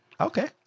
Okay